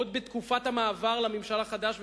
עוד בתקופת המעבר לממשל החדש,